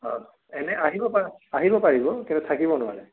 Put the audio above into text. অ' এনেই আহিব পাৰে আহিব পাৰিব কিন্তু থাকিব নোৱাৰে